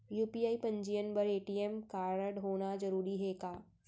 UPI पंजीयन बर ATM कारडहोना जरूरी हे का?